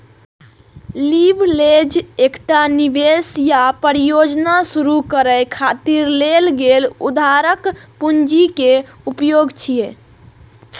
leverage एकटा निवेश या परियोजना शुरू करै खातिर लेल गेल उधारक पूंजी के उपयोग छियै